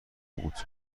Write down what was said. بود